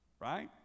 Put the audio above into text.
Right